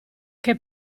che